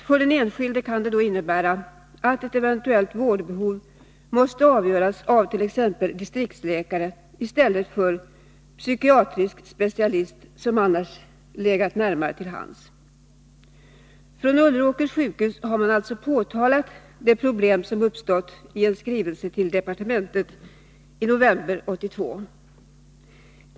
För den enskilde kan det innebära att ett eventuellt vårdbehov måste avgöras av t.ex. distriktsläkare i stället för av en psykiatrisk specialist, vilket annars legat närmare till hands. Från Ulleråkers sjukhus har man i en skrivelse till departementet i november 1982 påtalat de problem som uppstått.